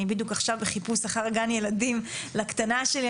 אני בדיוק עכשיו בחיפוש אחר גן ילדים לקטנה שלי,